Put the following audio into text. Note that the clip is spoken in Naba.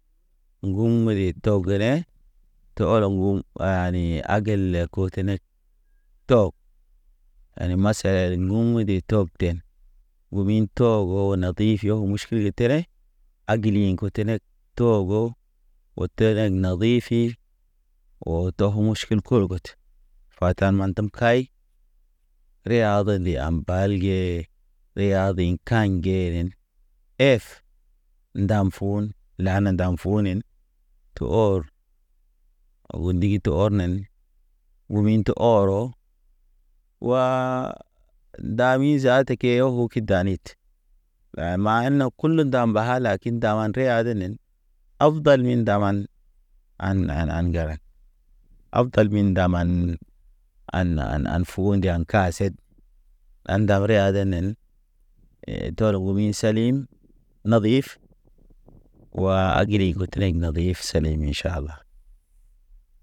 Ŋgṵrɛ tɔgrɛ to ɔlɔ ŋguŋ wani agel le kotene. Tɔ, yani masa ŋguŋ de tɔgten, ŋgumi tohogo na tʃi fiyo ke muʃ kil terḛ. A giliɲi ḭ kotonek, tohogo, o tenek na zifik, oo to muʃkil kur gotə. Fata mantem kay, reyad ndi a mbal ge, riya di kaɲ ŋgenen. Ef ndam fuun, lana ndaŋ funen tə or, o ndig tə ɔrnen, u min te ɔrɔ. Wa, dami zaata ke wuku ki danit, laya ha mana kulu da halad. Kin daman reyad nen, awdal min daman, an an an ŋgera. Aw tal min ndaman, an an an an fuu ndi an ka set. An ndaw reyad denen, tɔli gumi salim, nabif, wa agiri got nakina de senem in ʃala.